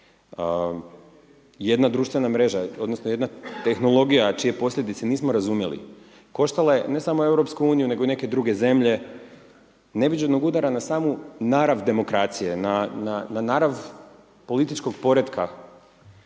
Jedna društvena mreža odnosno jedna tehnologija čije posljedice nismo razumjeli, koštala je, ne samo EU, nego i neke druge zemlje neviđenog udara na samu narav demokracije, na narav političkog poretka